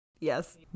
Yes